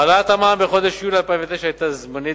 העלאת המע"מ בחודש יולי 2009 היתה זמנית,